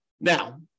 Now